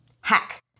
hack